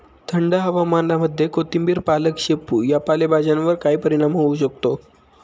थंड हवामानामध्ये कोथिंबिर, पालक, शेपू या पालेभाज्यांवर काय परिणाम होऊ शकतो?